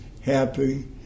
happy